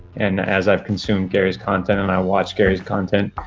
and as i've consumed gary's content and i watched gary's content,